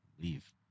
Leave